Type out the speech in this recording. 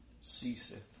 ceaseth